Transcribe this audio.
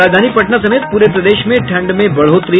और राजधानी पटना समेत प्ररे प्रदेश में ठंड में बढ़ोतरी